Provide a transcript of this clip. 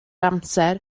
amser